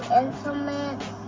instruments